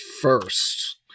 first